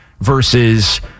versus